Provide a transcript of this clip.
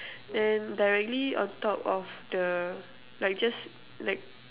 then directly on top of the like just like